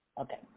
Okay